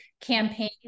campaign